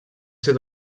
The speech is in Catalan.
ser